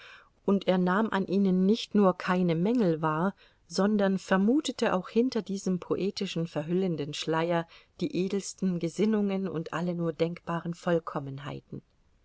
und er nahm an ihnen nicht nur keine mängel wahr sondern vermutete auch hinter diesem poetischen verhüllenden schleier die edelsten gesinnungen und alle nur denkbaren